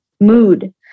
mood